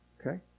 Okay